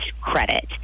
credit